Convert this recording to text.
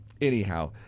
anyhow